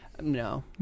No